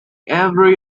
every